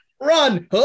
run